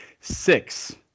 Six